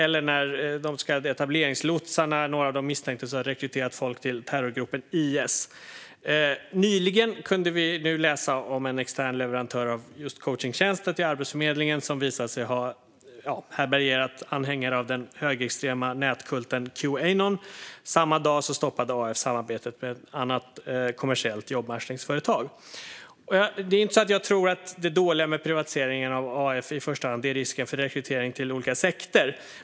Några av de så kallade etableringslotsarna misstänktes ha rekryterat folk till terrorgruppen IS. Nyligen kunde vi läsa om en extern leverantör av just coachningstjänster till Arbetsförmedlingen som visade sig ha härbärgerat anhängare av den högerextrema nätkulten Qanon. Samma dag stoppade AF samarbetet med ett annat kommersiellt jobbmatchningsföretag. Det är inte så att jag tror att det dåliga med privatiseringen av AF i första hand är risken för rekrytering till olika sekter.